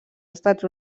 estats